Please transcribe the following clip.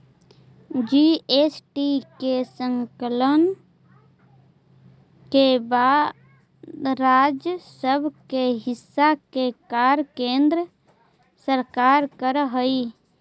GST के संकलन के बाद राज्य सब के हिस्सा के कर केन्द्र सरकार कर हई